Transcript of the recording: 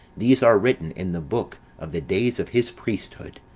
these are written in the book of the days of his priesthood,